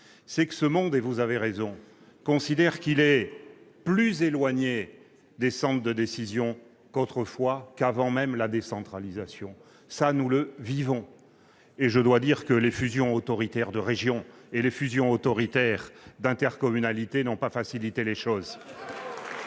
Or ce monde, vous avez raison, considère qu'il est plus éloigné des centres de décisions qu'autrefois, qu'avant même la décentralisation. Cela, nous le vivons, et je dois dire que les fusions autoritaires de régions ou d'intercommunalités n'ont pas facilité les choses ... Je vous